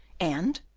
and,